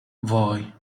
وای